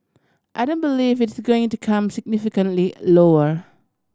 I don't believe it's going to come significantly a lower